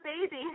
baby